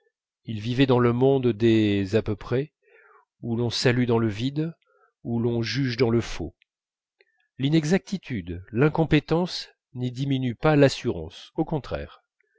il vivait dans le monde des à peu près où l'on salue dans le vide où l'on juge dans le faux l'inexactitude l'incompétence n'y diminuent pas l'assurance au contraire